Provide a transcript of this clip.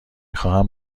خواهم